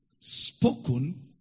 Spoken